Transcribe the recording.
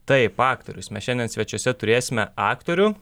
taip aktorius mes šiandien svečiuose turėsime aktorių